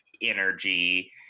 energy